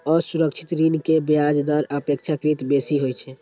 असुरक्षित ऋण के ब्याज दर अपेक्षाकृत बेसी होइ छै